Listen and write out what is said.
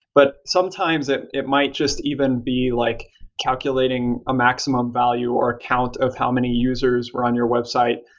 but sometimes it it might just even be like calculating a maximum value or account of how many users were on your website.